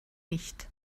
nicht